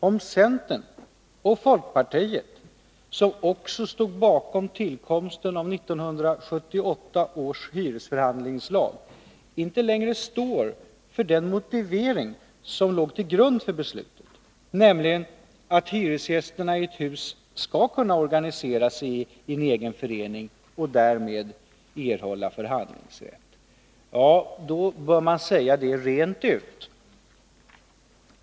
Om centern och folkpartiet, som också stod bakom tillkomsten av 1978 års hyresförhandlingslag, inte längre står för den motivering som låg till grund för beslutet, nämligen att hyresgästerna i ett hus skall kunna organisera sig i en egen förening och därmed erhålla förhandlingsrätt — ja, då bör man säga det rent ut.